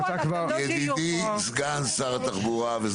ידידי, סגן שר התחבורה.